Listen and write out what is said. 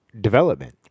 development